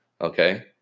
Okay